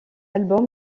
albums